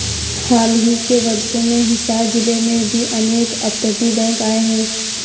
हाल ही के वर्षों में हिसार जिले में भी अनेक अपतटीय बैंक आए हैं